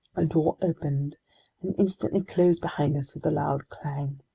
a door opened and instantly closed behind us with a loud clang.